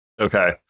Okay